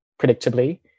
predictably